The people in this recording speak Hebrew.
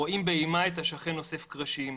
רואים באימה את השכן אוסף קרשים,